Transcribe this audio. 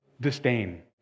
disdain